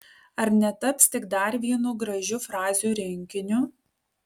ar netaps tik dar vienu gražių frazių rinkiniu